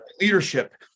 leadership